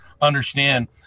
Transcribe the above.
understand